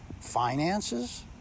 finances